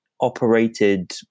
operated